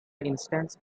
instance